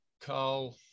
Carl